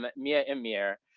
mia amir,